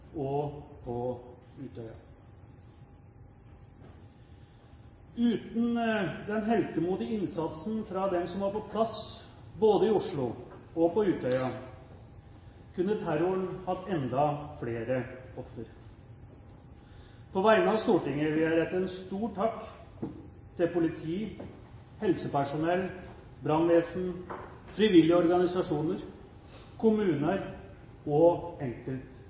og på Utøya. Uten den heltemodige innsatsen fra dem som var på plass, både i Oslo og på Utøya, kunne terroren hatt enda flere ofre. På vegne av Stortinget vil jeg rette en stor takk til politi, helsepersonell, brannvesen, frivillige organisasjoner, kommuner og